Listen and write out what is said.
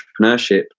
entrepreneurship